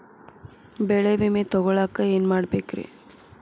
ಬೆಳೆ ವಿಮೆ ತಗೊಳಾಕ ಏನ್ ಮಾಡಬೇಕ್ರೇ?